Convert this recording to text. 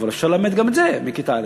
אבל אפשר ללמד גם את זה בכיתה א'.